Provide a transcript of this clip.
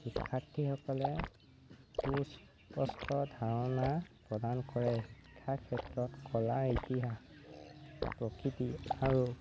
শিক্ষাৰ্থীসকলে সুস্পষ্ট ধাৰণা প্ৰদান কৰে শিক্ষা ক্ষেত্ৰত কলা ইতিহাস প্ৰকৃতি আৰু